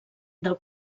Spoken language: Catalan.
del